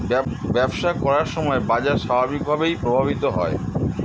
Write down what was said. ব্যবসা করার সময় বাজার স্বাভাবিকভাবেই প্রভাবিত হয়